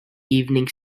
evening